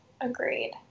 Agreed